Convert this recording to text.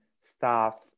staff